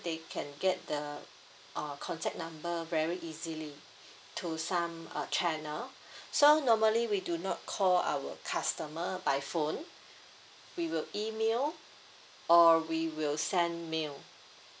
they can get the uh contact number very easily to some uh channel so normally we do not call our customer by phone we will email or we will send mail